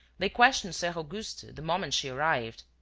they questioned soeur auguste the moment she arrived.